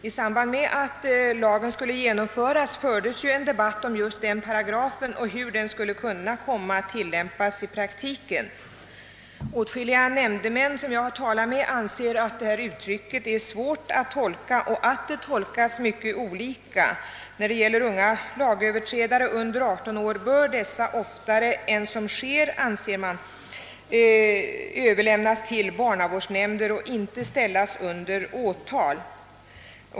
I samband med att lagen skulle genomföras fördes ju en debatt om just denna paragraf och om hur den skulle kunna komma att tillämpas i praktiken. Åtskilliga nämndemän, som jag har talat med, menar att detta uttryck är svårt att tolka och att det tolkas mycket olika. Unga lagöverträdare under 18 år bör oftare än som sker, anser man, överlämnas till barnavårdsnämnd och inte ställas under åtal.